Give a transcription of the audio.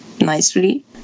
nicely